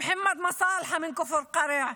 מחמוד מסאלחה מכפר קרע,